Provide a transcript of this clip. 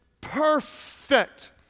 perfect